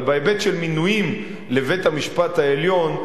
אבל בהיבט של מינויים לבית-המשפט העליון,